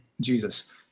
Jesus